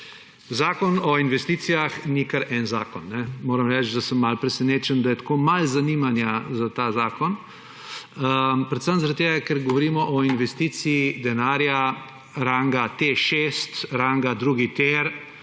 Zakon o investicijah ni kar en zakon. Moram reči, da sem malo presenečen, da je tako malo zanimanja za ta zakon, predvsem zaradi tega, ker govorimo o investiciji denarja ranga TEŠ 6, ranga drugi tir,